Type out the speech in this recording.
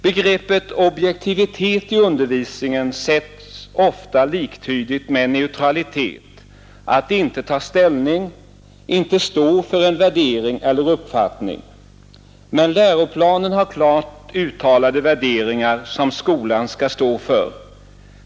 Begreppet objektivitet i undervisningen sätts ofta liktydigt med neutralitet, att inte ta ställning, att inte stå för en värdering eller uppfattning. Men läroplanen har bestämt uttalade värderingar, som skolan skall stå för.